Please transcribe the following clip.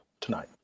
tonight